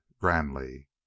grandly